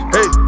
Hey